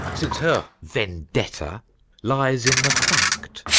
since her vendetta lies in the fact.